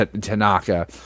Tanaka